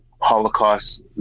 holocaust